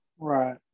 right